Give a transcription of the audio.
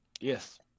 Yes